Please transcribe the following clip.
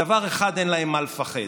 מדבר אחד אין להם מה לפחד: